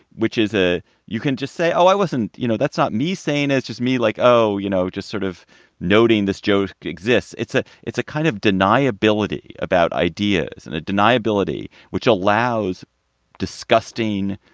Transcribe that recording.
which is a you can just say, oh, i wasn't you know, that's not me saying it's just me like, oh, you know, just sort of noting this joke exists. it's a it's a kind of deniability about ideas and it deniability which allows disgusting,